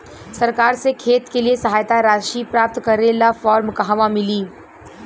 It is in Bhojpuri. सरकार से खेत के लिए सहायता राशि प्राप्त करे ला फार्म कहवा मिली?